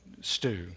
stew